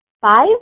five